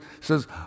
says